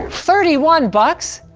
thirty one bucks?